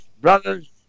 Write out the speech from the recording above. brothers